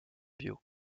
bio